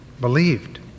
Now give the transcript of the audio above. believed